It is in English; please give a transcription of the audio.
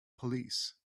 police